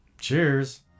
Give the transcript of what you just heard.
cheers